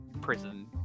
prison